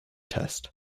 test